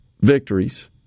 victories